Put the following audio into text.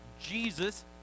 jesus